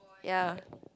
ya